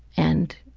and,